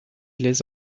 les